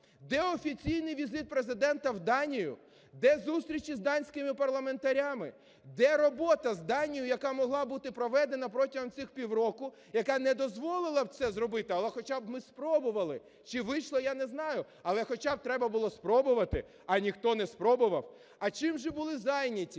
Де офіційний візит Президента в Данію? Де зустрічі з данськими парламентарями? Де робота з Данією, яка могла бути проведена протягом цих півроку, яка не дозволила б це зробити, але хоча б ми спробували, чи вийшло – я не знаю, але хоча б треба було спробувати, а ніхто не спробував. А чим же були зайняті?